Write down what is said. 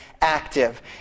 active